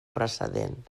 precedent